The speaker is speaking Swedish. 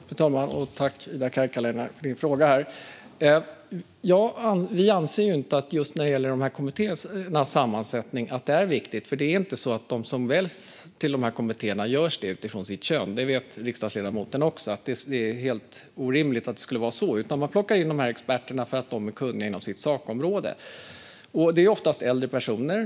Fru talman! Tack, Ida Karkiainen, för din fråga! Vi anser inte att det är viktigt när det gäller just dessa kommittéers sammansättning. De som väljs till kommittéerna väljs nämligen inte utifrån sitt kön; det vet riksdagsledamoten också. Det är helt orimligt att det skulle vara så. Man plockar in de här experterna därför att de är kunniga inom sitt sakområde. När det gäller utomstående är det oftast äldre personer.